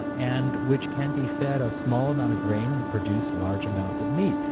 ah and which can be fed a small amount of grain and produce large amounts of meat.